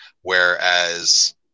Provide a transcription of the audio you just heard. whereas